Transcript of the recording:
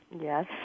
Yes